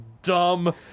dumb